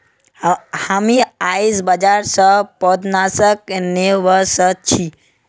हामी आईझ बाजार स पौधनाशक ने व स छि